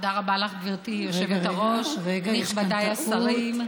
תודה רבה לך, גברתי היושבת-ראש, נכבדיי השרים,